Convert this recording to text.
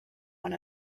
one